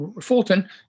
Fulton